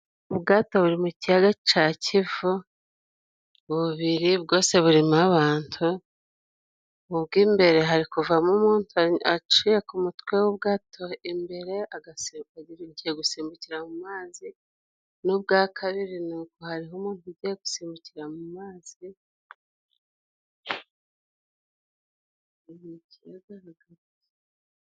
Ubwato buri mu kiyaga ca Kivu bubiri bwose buri mo abantu, ubu bw'imbere hari kuvamo umuntu aciye ku mutwe w'ubwato imbere agiye gusimbukira mu mazi, n'ubwa kabiri ni uko hariho umuntu ugiye gusimbukira mu mazi buri mu kiyaga hagati.